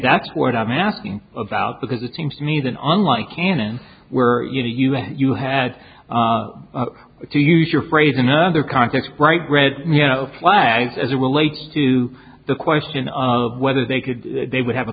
that's what i'm asking about because it seems to me that unlike canon where you to us you had to use your phrase in other contexts bright red flags as it relates to the question of whether they could they would have a